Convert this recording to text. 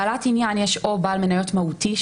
בעלת עניין יש או בעל מניות מהותי,